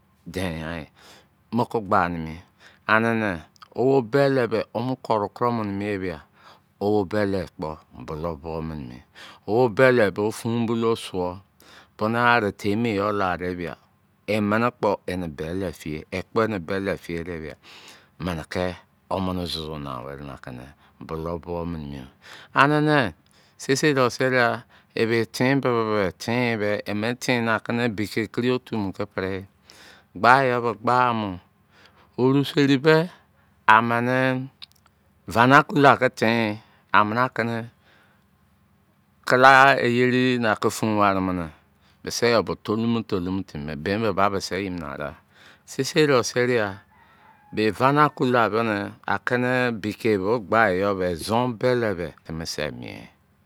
Den yan a mo ke gba ane ne owo bele be o mo kore kru mo ne me ebia owo bele kpo bolou bo mo ne o bele bo fun bolou suo bo na te me iyo la de ba emene kpo ene bele fe ekpo ene bele fe de bia ane ke omene susu nau were emi a kene bolou bo yerin ane ne seisei de seriai ebe ten bebe ten be men ten na ke ne biyesi to mo kpo pre gba mo oru seri me amene vanacular ke ten amene a kene kala iye re ne a ke fun ware mu mene mise yo be tolumu tolomu timi ben bo ba seisei de seriai bone ake ne beke yo gbe yo be izon bele keme se mein